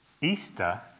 Easter